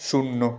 শূন্য